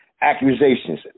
accusations